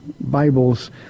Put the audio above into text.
Bibles